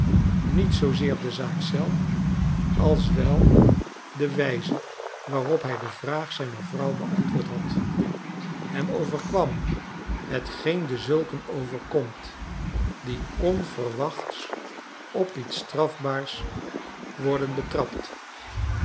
niet zoozeer de zaak zelf als wel de wijze waarop hij de vraag zijner vrouw beantwoord had hem overkwam hetgeen dezulken overkomt die onverwachts op iets strafbaars worden betrapt